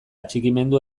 atxikimendu